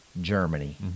Germany